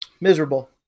miserable